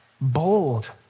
bold